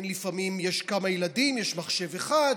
לפעמים יש כמה ילדים ויש מחשב אחד,